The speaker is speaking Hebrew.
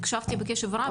הקשבתי בקשב רב,